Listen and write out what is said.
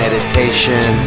Meditation